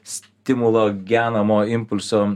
stimulo genamo impulso